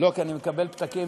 לא, כי אני מקבל פתקים